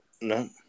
no